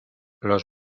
los